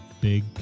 big